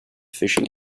fishing